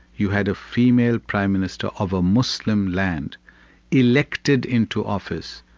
you had a female prime minister of a muslim land elected into office,